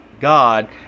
God